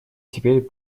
теперь